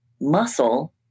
muscle